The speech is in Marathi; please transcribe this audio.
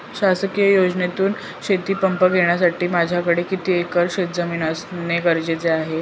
शासकीय योजनेतून शेतीपंप घेण्यासाठी माझ्याकडे किती एकर शेतजमीन असणे गरजेचे आहे?